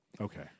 Okay